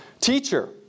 Teacher